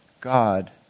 God